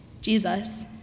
Jesus